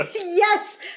Yes